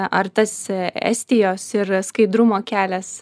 ar tas estijos ir skaidrumo kelias